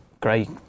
Great